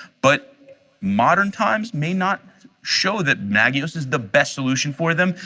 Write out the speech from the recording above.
but modern times may not show that nagios is the best solution for them.